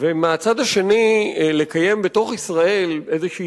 ומהצד השני לקיים בתוך ישראל איזושהי